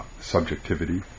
subjectivity